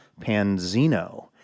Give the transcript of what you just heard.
Panzino